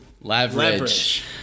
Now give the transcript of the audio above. Leverage